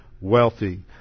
wealthy